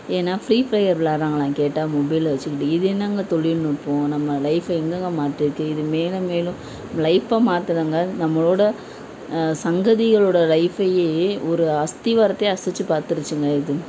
ஏன்னா Free Fire விளாட்றாங்களாம் கேட்டால் மொபைலை வச்சிக்கிட்டு இது என்னங்க தொழில்நுட்பம் நம்ம லைஃபை எங்கங்க மாற்றிருக்குது இது மேலும் மேலும் லைஃபை மாற்றலங்க நம்மளோட சங்கதிகளோட லைஃபையே ஒரு அஸ்திவாரத்தையே அசைச்சி பார்த்துருச்சிங்க இது